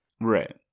Right